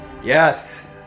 Yes